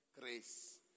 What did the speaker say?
grace